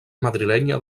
madrilenya